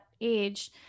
age